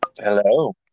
Hello